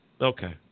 Okay